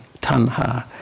tanha